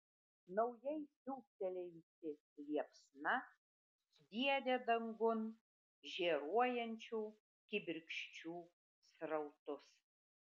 naujai siūbtelėjusi liepsna sviedė dangun žėruojančių kibirkščių srautus